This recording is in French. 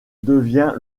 devient